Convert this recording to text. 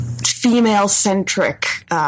female-centric